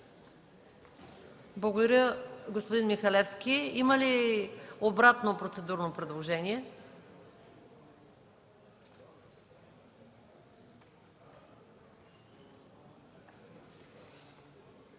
Благодаря, господин Михалевски. Има ли обратно процедурно предложение? Тъй като